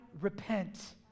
repent